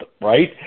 right